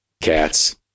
Cats